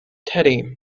teddy